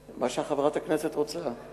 מה שחברת הכנסת רוצה.